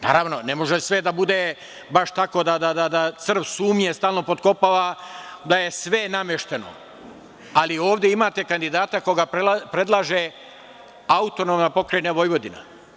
Naravno, ne može sve da bude baš tako da crv sumnje stalno potkopava da je sve namešteno, ali ovde imate kandidata koga predlaže AP Vojvodina.